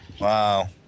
Wow